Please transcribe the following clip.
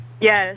yes